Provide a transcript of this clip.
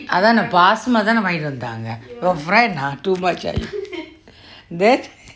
அதான பாசமா தான வாங்கி தந்தாங்க:athaana paasama thaana vanggi thantanga your friend ah too much !aiyo! then